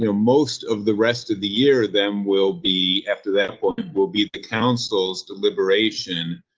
you know most of the rest of the year, them will be after that, what and will be at the council's deliberation?